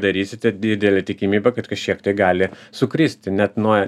darysite didelė tikimybė kad kažkiek tai gali sukristi net nuo